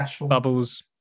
Bubbles